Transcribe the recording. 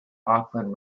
auckland